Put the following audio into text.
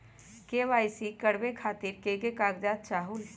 KYC करवे खातीर के के कागजात चाहलु?